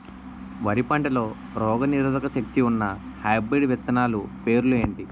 వరి పంటలో రోగనిరోదక శక్తి ఉన్న హైబ్రిడ్ విత్తనాలు పేర్లు ఏంటి?